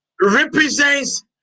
represents